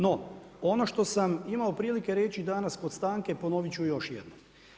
No, ono što sam imao prilike reći danas kod stanke, ponoviti ću još jednom.